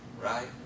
right